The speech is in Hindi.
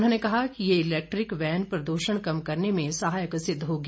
उन्होंने कहा कि ये इलैक्ट्रिक वैन प्रद्षण कम करने में सहायक सिद्ध होगी